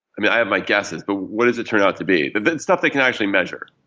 i mean, i have my guesses but what does it turn out to be, but the stuff they can actually measure?